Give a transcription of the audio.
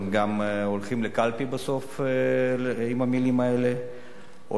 הם גם הולכים לקלפי בסוף עם המלים האלה או